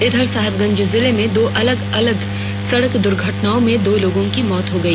इधर साहेबगंज जिले में दो अलग अलग सड़क दुर्घटनाओं में दो लोगों की मौत हो गई